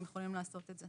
הם יכולים לעשות את זה